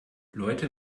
leute